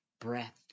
breath